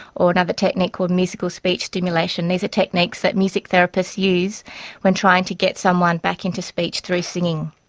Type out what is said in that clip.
or another technique called musical speech stimulation. these are techniques that music therapists use when trying to get someone back into speech through singing.